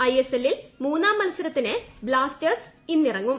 ഐഎസ്എല്ലിൽ മൂന്നാം മത്സരത്തിന് ബ്ലാസ്റ്റേഴ്സ് ഇന്നിറങ്ങും